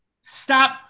stop